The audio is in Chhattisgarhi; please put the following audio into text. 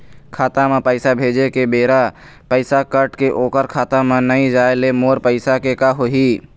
खाता म पैसा भेजे के बेरा पैसा कट के ओकर खाता म नई जाय ले मोर पैसा के का होही?